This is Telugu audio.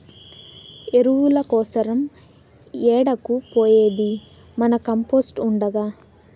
ఎరువుల కోసరం ఏడకు పోయేది మన కంపోస్ట్ ఉండగా